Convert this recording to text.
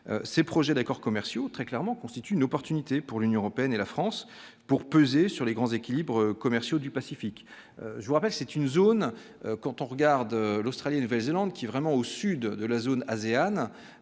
ces projets d'accords commerciaux très clairement constitue une opportunité pour l'Union européenne et la France pour peser sur les grands équilibres commerciaux du Pacifique, je vous rappelle, c'est une zone quand on regarde l'Australie Nouvelle-Zélande qui vraiment au sud de la zone Asean